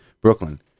Brooklyn